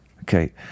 okay